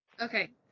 Okay